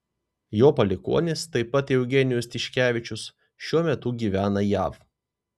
jo palikuonis taip pat eugenijus tiškevičius šiuo metu gyvena jav